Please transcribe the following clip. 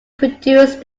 produced